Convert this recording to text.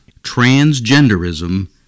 transgenderism